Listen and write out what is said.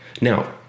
Now